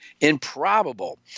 Improbable